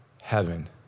heaven